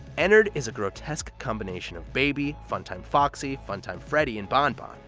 ennard is a grotesque combination of baby, funtime foxy, funtime freddy, and bon-bon.